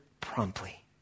promptly